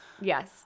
Yes